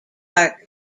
dark